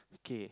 okay